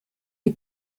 die